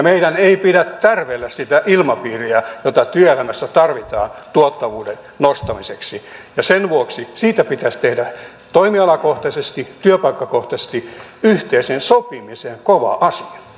meidän ei pidä tärvellä sitä ilmapiiriä jota työelämässä tarvitaan tuottavuuden nostamiseksi ja sen vuoksi siitä pitäisi tehdä toimialakohtaisesti työpaikkakohtaisesti yhteisen sopimisen kova asia